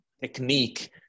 technique